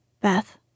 Beth